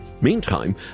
Meantime